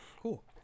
Cool